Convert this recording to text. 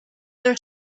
their